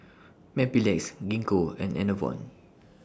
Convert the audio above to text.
Mepilex Gingko and Enervon